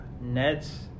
Nets